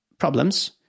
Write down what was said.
problems